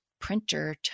printer